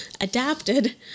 adapted